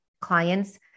clients